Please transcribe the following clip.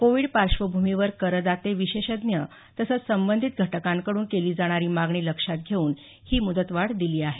Covid पार्श्वभूमीवर करदाते विशेषज्ञ तसंच संबंधित घटकांकडून केली जाणारी मागणी लक्षात घेऊन ही मुदतवाढ दिली आहे